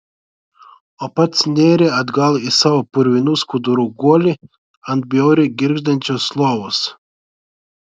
o pats nėrė atgal į savo purvinų skudurų guolį ant bjauriai girgždančios lovos